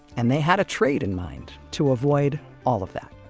and they had a trade in mind to avoid all of that.